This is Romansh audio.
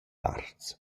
parts